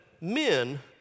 men